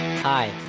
Hi